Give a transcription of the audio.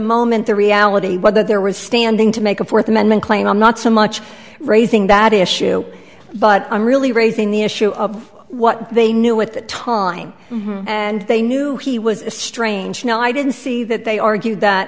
moment the reality was that there was standing to make a fourth amendment claim i'm not so much raising that issue but i'm really raising the issue of what they knew at the time and they knew he was strangely i didn't see that they argued that